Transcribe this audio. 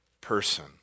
person